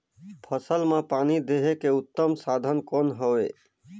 फसल मां पानी देहे के उत्तम साधन कौन हवे?